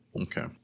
Okay